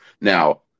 Now